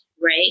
right